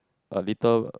a little